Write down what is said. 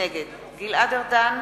נגד גלעד ארדן,